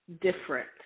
different